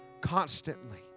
constantly